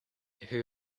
who